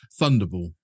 Thunderball